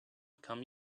come